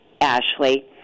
Ashley